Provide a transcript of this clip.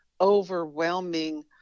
overwhelming